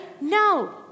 No